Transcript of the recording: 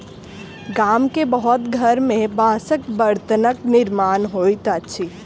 गाम के बहुत घर में बांसक बर्तनक निर्माण होइत अछि